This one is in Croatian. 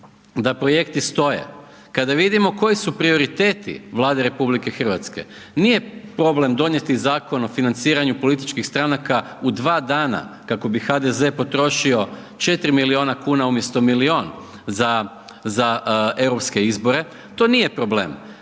da projekti stoje, kada vidimo koji su prioriteti Vlade RH, nije problem donijeti Zakon o financiranju političkih stranka u 2 dana, kako bi HDZ potrošio 4 milijuna kuna, umjesto milijun za europske izbore, to nije problem.